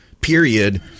period